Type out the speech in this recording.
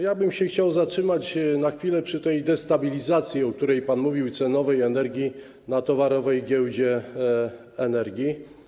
Ja bym chciał zatrzymać się na chwilę przy tej destabilizacji, o której pan mówił, cenowej energii na Towarowej Giełdzie Energii.